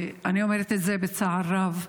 אני אומרת את זה בצער רב,